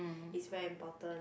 is very important